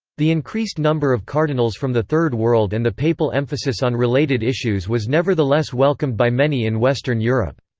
the increased number of cardinals from the third world and the papal emphasis on related issues was nevertheless welcomed by many in western europe.